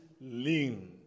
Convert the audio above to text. lean